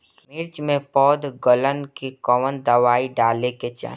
मिर्च मे पौध गलन के कवन दवाई डाले के चाही?